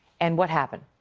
and what happened?